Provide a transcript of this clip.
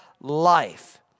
life